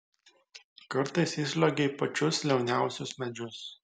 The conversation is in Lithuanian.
kartais įsliuogia į pačius liauniausius medžius